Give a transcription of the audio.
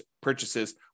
purchases